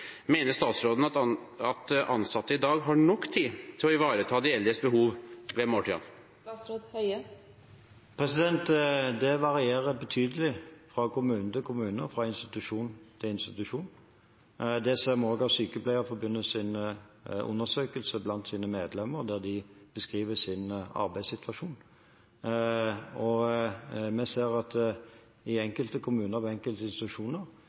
statsråden at ansatte i dag har nok tid til å ivareta de eldres behov ved måltidene? Det varierer betydelig fra kommune til kommune og fra institusjon til institusjon. Det ser vi også av Sykepleierforbundets undersøkelse blant sine medlemmer, der de beskriver sin arbeidssituasjon. Vi ser at i enkelte kommuner og ved